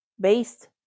based